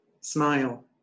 Smile